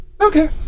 Okay